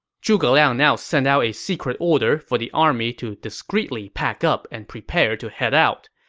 zhuge liang now sent out a secret order for the army to discretely pack up and prepare to head out.